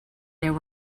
there